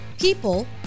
people